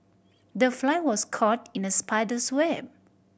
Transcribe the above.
the fly was caught in the spider's web